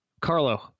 Carlo